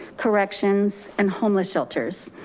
corrections, and homeless shelters.